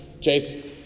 Chase